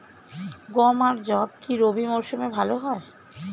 গম আর যব কি রবি মরশুমে ভালো হয়?